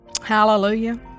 Hallelujah